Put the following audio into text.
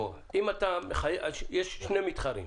יש שני מתחרים,